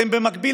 במקביל,